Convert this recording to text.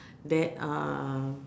that uh